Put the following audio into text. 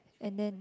and then